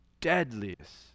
deadliest